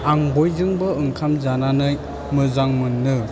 आं बयजोंबो ओंखाम जानानै मोजां मोनो